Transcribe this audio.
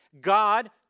God